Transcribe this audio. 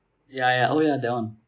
ya ya oh ya that one